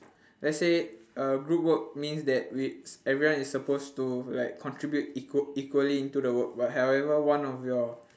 let's say uh group work means that with everyone is supposed like to contribute equal~ equally into the work but however one of your